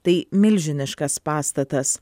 tai milžiniškas pastatas